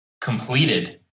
completed